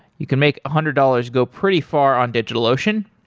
you can make a hundred dollars go pretty far on digitalocean.